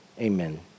Amen